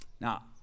Now